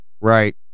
Right